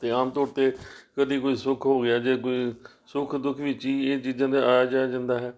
ਅਤੇ ਆਮ ਤੌਰ 'ਤੇ ਕਦੇ ਕੋਈ ਸੁੱਖ ਹੋ ਗਿਆ ਜੇ ਕੋਈ ਸੁੱਖ ਦੁੱਖ ਵਿੱਚ ਹੀ ਇਹ ਚੀਜ਼ਾਂ 'ਤੇ ਆਇਆ ਜਾਇਆ ਜਾਂਦਾ ਹੈ